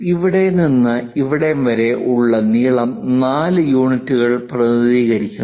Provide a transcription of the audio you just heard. ഇവിടെ നിന്ന് ഇവിടെ വരെ ഉള്ള നീളം 4 യൂണിറ്റുകൾ പ്രതിനിധീകരിക്കുന്നു